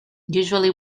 usually